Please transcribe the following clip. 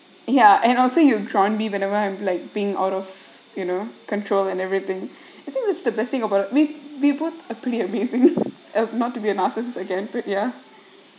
ya and also you drawn me whenever like being out of you know control and everything I think that's the best thing about it we we put a pretty amazing uh not to be a narcissist again but yeah